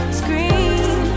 screen